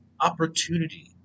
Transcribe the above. opportunity